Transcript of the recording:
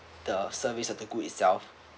the service or the good itself